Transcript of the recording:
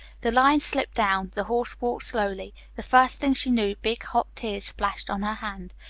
the lines slipped down, the horse walked slowly, the first thing she knew, big hot tears splashed on her hand.